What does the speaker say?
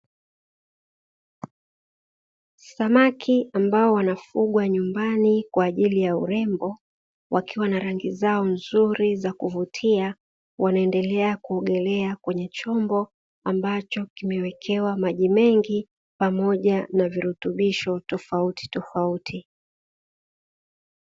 Samaki ambao wanafugwa nyumbani kwa ajili ya urembo wakiwa na rangi zao nzuri za kuvutia, wanaendelea kuogelea kwenye chombo ambacho kimewekewa maji mengi pamoja na virutubisho tofautitofauti.